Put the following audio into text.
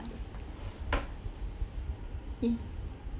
!ee!